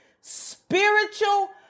spiritual